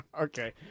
Okay